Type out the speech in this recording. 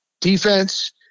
defense